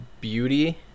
beauty